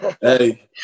hey